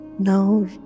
Now